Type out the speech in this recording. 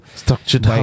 structured